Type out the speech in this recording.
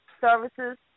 services